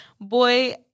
Boy